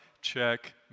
check